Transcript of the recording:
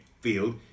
field